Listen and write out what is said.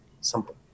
simple